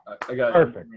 Perfect